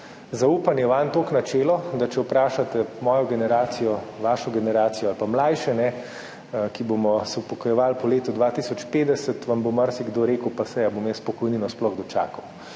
zaupanje vanj toliko načelo, da če vprašate mojo generacijo, vašo generacijo ali pa mlajše, ki se bomo upokojevali po letu 2050, vam bo marsikdo rekel, pa saj, a bom jaz pokojnino sploh dočakal.